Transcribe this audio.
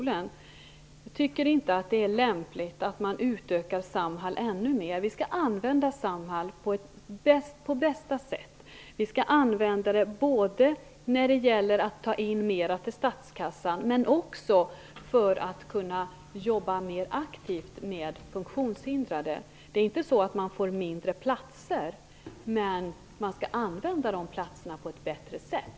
Jag tycker inte att det är lämpligt att man utökar Samhalls verksamhet ännu mer. Vi skall använda Samhall på det bästa sättet, både när det gäller att dra in mera till statskassan och för att kunna jobba mer aktivt med funktionshindrade. Det är inte så att man skall få mindre platser, men man skall använda platserna på ett bättre sätt.